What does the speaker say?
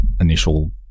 initial